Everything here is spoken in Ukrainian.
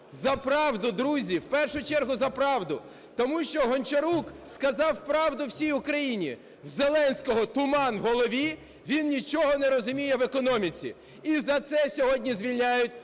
За правду, друзі! В першу чергу за правду! Тому що Гончарук сказав правду всій Україні: в Зеленського туман в голові, він нічого не розуміє в економіці. І за це сьогодні звільняють